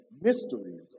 mysteries